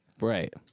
Right